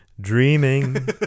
dreaming